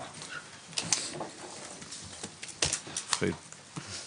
הישיבה ננעלה בשעה 10:30.